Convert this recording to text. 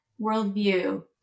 worldview